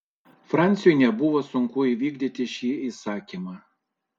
franciui nebuvo sunku įvykdyti šį įsakymą